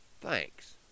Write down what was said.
Thanks